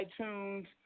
iTunes